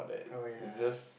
oh yea